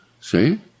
see